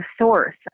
source